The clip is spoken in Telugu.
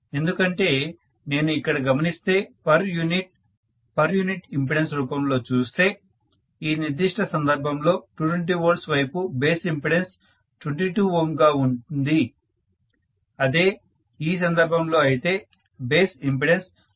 ఎందుకంటే నేను ఇక్కడ గమనిస్తే per unit per unit impedance రూపంలో చూస్తే ఈ నిర్దిష్ట సందర్భంలో 220 V వైపు బేస్ ఇంపెడన్స్ 22 Ω గా ఉంటుంది అదే ఈ సందర్భంలో అయితే బేస్ ఇంపెడన్స్ 5